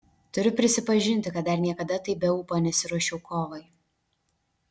turiu prisipažinti kad dar niekada taip be ūpo nesiruošiau kovai